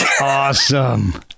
Awesome